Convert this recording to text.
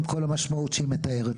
עם כול המשמעות שהיא מתארת.